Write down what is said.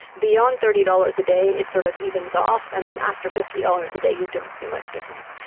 beyond thirty dollars a day it sort of evens off, and then after fifty dollars a day you don't see much difference.